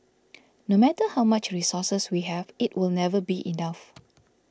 no matter how much resources we have it will never be enough